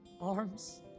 Arms